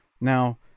Now